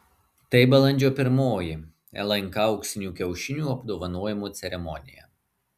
tai balandžio pirmoji lnk auksinių kiaušinių apdovanojimų ceremonija